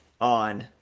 on